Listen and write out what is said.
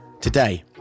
Today